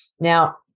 Now